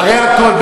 אחרי הכול,